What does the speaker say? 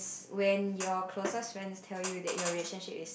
when your closest friends tell you that your relationship is